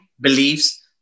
beliefs